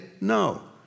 No